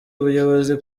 ubuyobozi